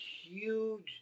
huge